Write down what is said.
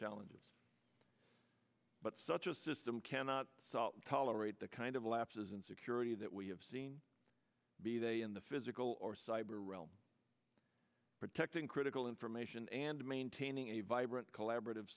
challenges but such a system cannot tolerate the kind of lapses in security that we have seen be they in the physical or cyber realm protecting critical information and maintaining a vibrant collaborative